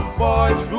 boys